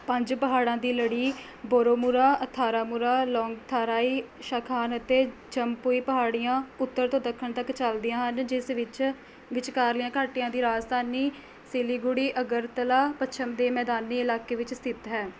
ਪੰਜ ਪਹਾੜਾਂ ਦੀ ਲੜੀ ਬੋਰੋਮੁਰਾ ਅਥਾਰਾਮੁਰਾ ਲੌਂਗਥਾਰਾਈ ਸ਼ਾਖਾਨ ਅਤੇ ਜੰਮਪੁਈ ਪਹਾੜੀਆਂ ਉੱਤਰ ਤੋਂ ਦੱਖਣ ਤੱਕ ਚੱਲਦੀਆਂ ਹਨ ਜਿਸ ਵਿੱਚ ਵਿਚਕਾਰਲੀਆਂ ਘਾਟੀਆਂ ਦੀ ਰਾਜਧਾਨੀ ਸਿਲੀਗੁੜੀ ਅਗਰਤਲਾ ਪੱਛਮ ਦੇ ਮੈਦਾਨੀ ਇਲਾਕੇ ਵਿੱਚ ਸਥਿਤ ਹੈ